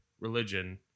religion